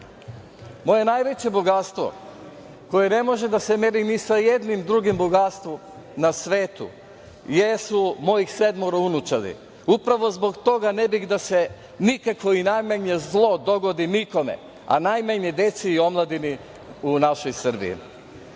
Moje najveće bogatstvo koje ne može da se meri ni sa jednim drugim bogatstvom na svetu jesu mojih sedmoro unučadi i upravo zbog toga ne bih da se u nikakavoj nameni dogodi zlo nikome, a najmanje deci i omladini u našoj Srbiji. Na